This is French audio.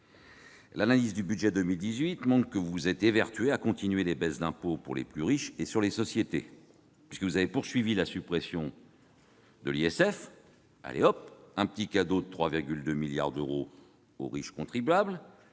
L'analyse du budget 2018 montre que vous vous êtes évertué à continuer les baisses d'impôts sur les plus riches et sur les sociétés. Vous avez poursuivi la suppression de l'ISF- hop ! un cadeau de 3,2 milliards d'euros aux riches contribuables